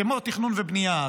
כמו תכנון ובנייה,